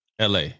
LA